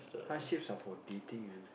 hardships are for dating man